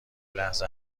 لحظه